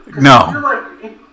No